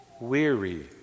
weary